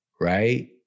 right